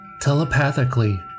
Telepathically